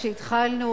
כשהתחלנו,